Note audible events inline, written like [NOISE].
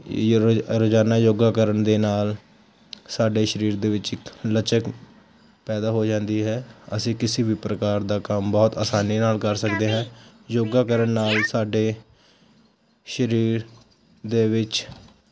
[UNINTELLIGIBLE] ਰੋਜ਼ਾਨਾ ਯੋਗਾ ਕਰਨ ਦੇ ਨਾਲ ਸਾਡੇ ਸਰੀਰ ਦੇ ਵਿੱਚ ਇੱਕ ਲਚਕ ਪੈਦਾ ਹੋ ਜਾਂਦੀ ਹੈ ਅਸੀਂ ਕਿਸੇ ਵੀ ਪ੍ਰਕਾਰ ਦਾ ਕੰਮ ਬਹੁਤ ਆਸਾਨੀ ਨਾਲ ਕਰ ਸਕਦੇ ਹਾਂ ਯੋਗਾ ਕਰਨ ਨਾਲ ਸਾਡੇ ਸਰੀਰ ਦੇ ਵਿੱਚ